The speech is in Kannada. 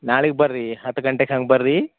ನಾಳಿಗೆ ಬರ್ರಿ ಹತ್ತು ಗಂಟೆಗೆ ಹಂಗೆ ಬರ್ರಿ